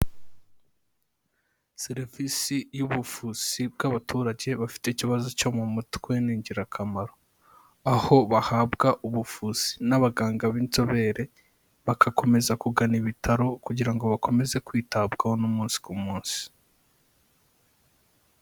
Serivisi y'ubuvuzi bw'abaturage bafite ikibazo cyo mu mutwe ni ingirakamaro. Aho bahabwa ubuvuzi n'abaganga b'inzobere, bagakomeza kugana ibitaro kugira ngo bakomeze kwitabwaho n'umunsi ku munsi.